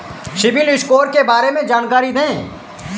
CIBIL score के बारे में जानकारी दें?